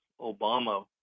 Obama